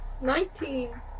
Nineteen